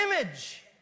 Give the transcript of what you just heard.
image